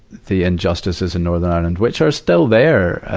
the injustices in northern ireland, which are still there, ah